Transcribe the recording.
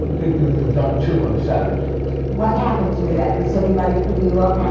previewing. you've done two on a saturday and it's. yeah what happens with that? does anybody pick you up on